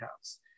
house